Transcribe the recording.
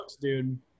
dude